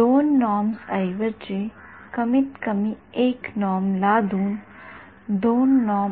२२ norm ऐवजी कमीतकमी १ norm लादून २ नॉर्म ऐवजी किमान १ नॉर्म